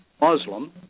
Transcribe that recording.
Muslim